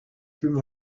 through